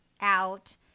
out